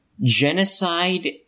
genocide